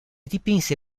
dipinse